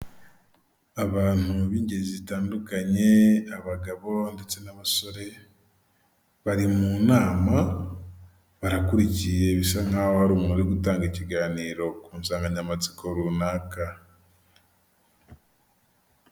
Serivisi za banki ya kigali zegerejwe abaturage ahanga baragaragaza uko ibikorwa biri kugenda bikorwa aho bagaragaza ko batanga serivisi zo kubika, kubikura, kuguriza ndetse no kwakirana yombi abakiriya bakagira bati murakaza neza.